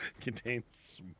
Contains